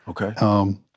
Okay